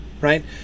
right